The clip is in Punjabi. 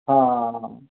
ਹਾਂ